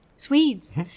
Swedes